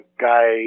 guy